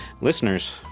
listeners